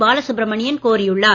பாலசுப்ரமணியன் கோரியுள்ளார்